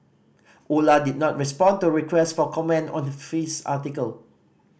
Ola did not respond to requests for comment this article